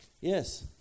Yes